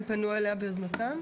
הם פנו אליה ביוזמתם?